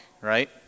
right